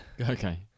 Okay